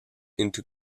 into